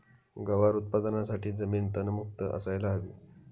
गवार उत्पादनासाठी जमीन तणमुक्त असायला हवी